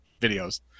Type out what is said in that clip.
videos